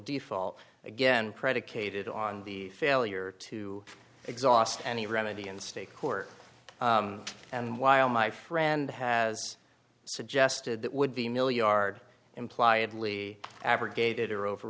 default again predicated on the failure to exhaust any remedy in state court and while my friend has suggested that would be mill yard impliedly abrogated or over